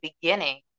beginning